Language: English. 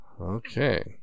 Okay